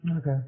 Okay